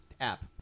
app